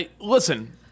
Listen